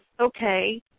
okay